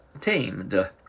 Tamed